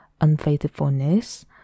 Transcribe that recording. unfaithfulness